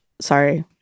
Sorry